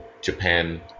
Japan